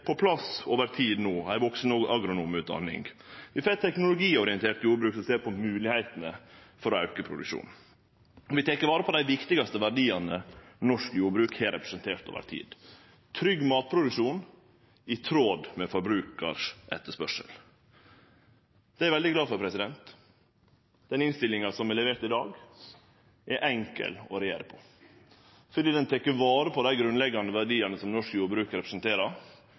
på plass ei agronomutdanning for vaksne. Vi får eit teknologiorientert jordbruk som ser på moglegheitene for å auke produksjonen. Vi tek vare på dei viktigaste verdiane norsk jordbruk har representert over tid – trygg matproduksjon i tråd med forbrukars etterspørsel. Det er eg veldig glad for. Den innstillinga som er levert i dag, er enkel å regjere på, fordi ho tek vare på dei grunnleggjande verdiane som norsk jordbruk representerer,